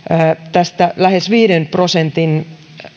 tästä lähes viiden prosentin